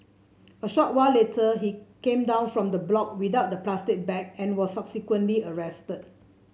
a short while later he came down from the block without the plastic bag and was subsequently arrested